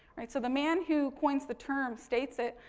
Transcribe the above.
so, the man who coins the term states it.